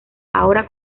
ahora